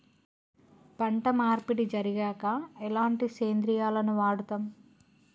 పంట మార్పిడి జరిగాక ఎలాంటి సేంద్రియాలను వాడుతం?